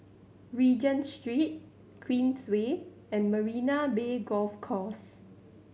Regent Street Queensway and Marina Bay Golf Course